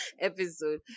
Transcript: episode